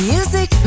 Music